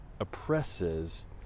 oppresses